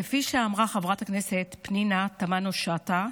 כפי שאמרה חברת הכנסת פנינה תמנו שטה,